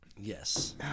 Yes